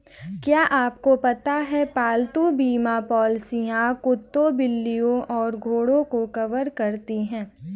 क्या आपको पता है पालतू बीमा पॉलिसियां कुत्तों, बिल्लियों और घोड़ों को कवर करती हैं?